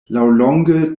laŭlonge